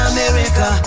America